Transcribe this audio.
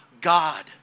God